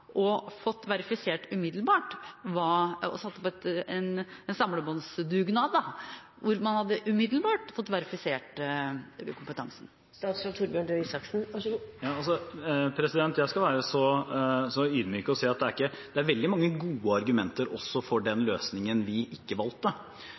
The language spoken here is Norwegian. og fått verifisert umiddelbart og satt opp en samlebåndsdugnad – hvor man altså umiddelbart hadde fått verifisert kompetansen. Jeg skal være så ydmyk å si at det er veldig mange gode argumenter også for den